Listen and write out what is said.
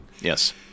yes